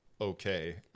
okay